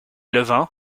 levant